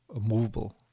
movable